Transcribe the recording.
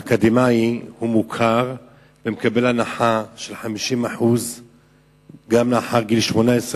אקדמאי מוכר מקבל הנחה של 50% גם לאחר גיל 18,